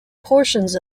portions